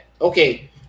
Okay